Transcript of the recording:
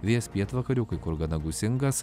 vėjas pietvakarių kai kur gana gūsingas